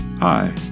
Hi